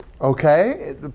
Okay